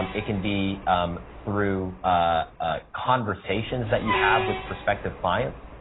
um it can be um through ah conversations that you have with prospective clients.